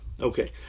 Okay